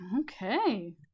Okay